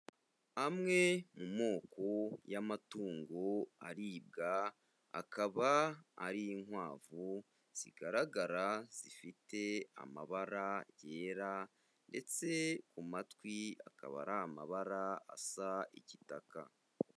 Amwe mu moko y'amatungo aribwa, akaba ari inkwavu zigaragara zifite amabara yera ndetse ku matwi akaba ari amabara asa igitaka.